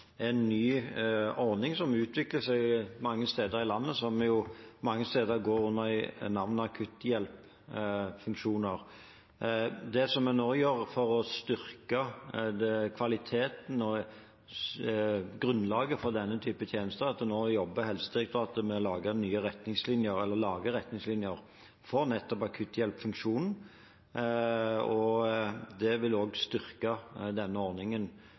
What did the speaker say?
en ny ordning, som utvikler seg mange steder i landet, og som mange steder går under navnet akutthjelpsfunksjoner. Det vi nå gjør for å styrke kvaliteten og grunnlaget for denne typen tjenester, er at Helsedirektoratet jobber med å lage retningslinjer for nettopp akutthjelpsfunksjonen, og det vil også styrke denne ordningen